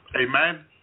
amen